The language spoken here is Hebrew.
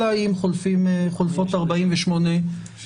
אלא אם חולפות 48 שעות.